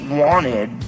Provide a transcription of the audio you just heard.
wanted